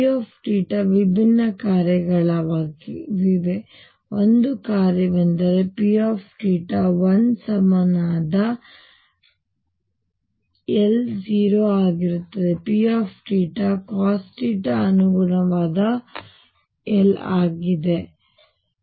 ಈಗ ಮತ್ತು P θ ವಿಭಿನ್ನ ಕಾರ್ಯಗಳಾಗಿವೆ ಒಂದು ಕಾರ್ಯವೆಂದರೆ P θ 1 ಸಮನಾದ l 0 ಆಗುತ್ತದೆ P θ cos θ ಅನುಗುಣವಾದ l ಆಗಿದೆ 1